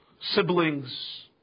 Siblings